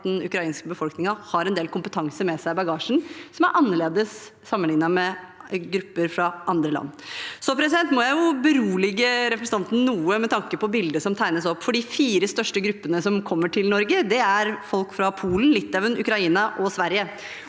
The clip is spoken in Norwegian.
at den ukrainske befolkningen har en del kompetanse med seg i bagasjen som er annerledes sammenlignet med grupper fra andre land. Jeg må berolige representanten noe med tanke på bildet som tegnes opp, for de fire største gruppene som kommer til Norge, er folk fra Polen, Litauen, Ukraina og Sverige.